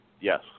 Yes